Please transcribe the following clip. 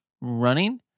running